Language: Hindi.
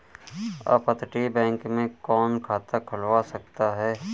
अपतटीय बैंक में कौन खाता खुलवा सकता है?